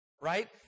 right